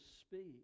speak